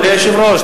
אדוני היושב-ראש,